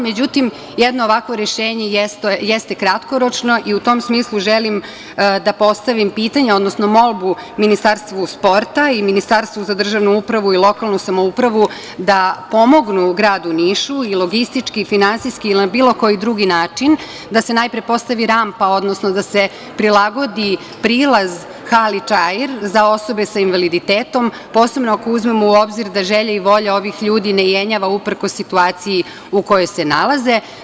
Međutim, jedno ovakvo rešenje jeste kratkoročno i u tom smislu želim da postavim pitanje, odnosno molbu Ministarstvu sporta i Ministarstvu za državnu upravu i lokalnu samoupravu da pomognu gradu Nišu, i logistički i finansijski i na bilo koji drugi način, da se najpre postavi rampa, odnosno da se prilagodi prilaz hali „Čair“ za osobe sa invaliditetom, posebno ako uzmemo u obzir da želja i volja ovih ljudi ne jenjava uprkos situaciji u kojoj se nalaze.